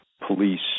Police